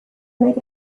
make